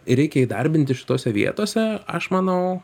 reikia įdarbinti šitose vietose aš manau